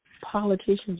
politicians